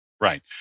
Right